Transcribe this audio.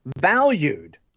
valued